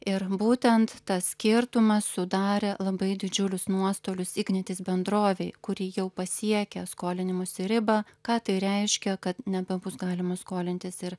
ir būtent tas skirtumas sudarė labai didžiulius nuostolius ignitis bendrovei kuri jau pasiekė skolinimosi ribą ką tai reiškia kad nebebus galima skolintis ir